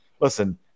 listen